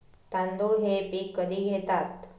तांदूळ हे पीक कधी घेतात?